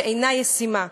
שאינה ישימה.